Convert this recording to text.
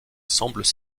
semblent